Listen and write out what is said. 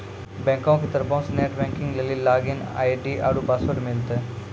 बैंको के तरफो से नेट बैंकिग लेली लागिन आई.डी आरु पासवर्ड मिलतै